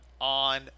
on